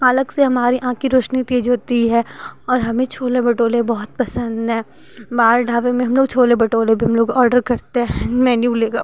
पालक से हमारी आँख की रोशनी तेज़ होती है और हमें छोले भटूरे बहुत पसंद हैं बाहर ढाबे में हम लोग छोले भटूरे भी हम लोग ऑर्डर करते हैं मैन्यू लेकर